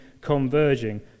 converging